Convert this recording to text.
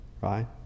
Right